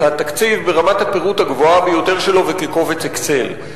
התקציב ברמת הפירוט הגבוהה ביותר שלו בקובץ "אקסל".